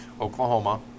Oklahoma